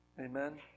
Amen